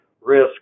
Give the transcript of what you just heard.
risk